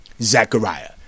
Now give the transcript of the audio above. Zechariah